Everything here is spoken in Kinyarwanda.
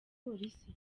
police